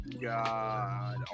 god